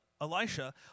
Elisha